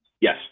yes